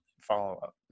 follow-up